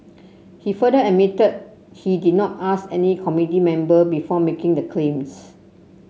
he further admitted he did not ask any committee member before making the claims